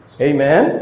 amen